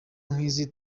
nkizi